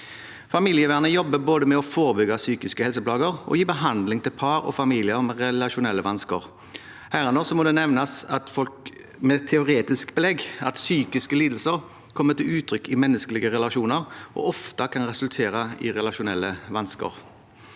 Familievernet jobber med både å forebygge psykiske helseplager og å gi behandling til par og familier med relasjonelle vansker. Herunder må det nevnes, med teoretisk belegg, at psykiske lidelser kommer til uttrykk i menneskelige relasjoner og ofte kan resultere i relasjonelle vansker.